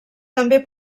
també